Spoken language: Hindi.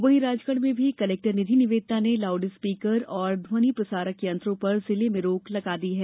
वहीं राजगढ़ में भी कलेक्टर निधि निवेदिता ने लाउड स्पीकर और ध्वनि प्रसारक यंत्रों पर जिले में रोक लगा दी है